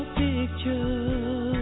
picture